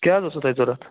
کیٛاہ حظ اوسوٕ تۄہہِ ضرورت